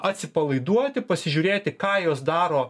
atsipalaiduoti pasižiūrėti ką jos daro